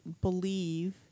believe